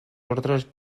ordres